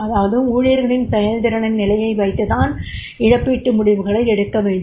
அதாவது ஊழியர்களின் செயல்திறனின் நிலையை வைத்து தான் இழப்பீட்டு முடிவுகளை எடுக்க வேண்டும்